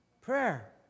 Prayer